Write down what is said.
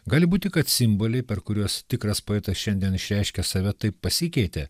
gali būti kad simboliai per kuriuos tikras poetas šiandien išreiškia save taip pasikeitė